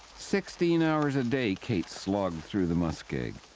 sixteen hours a day kate slogged through the muskeg.